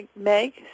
Meg